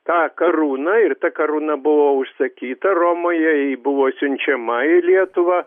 tą karūna ir ta karūna buvo užsakyta romoje ji buvo siunčiama į lietuvą